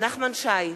נחמן שי,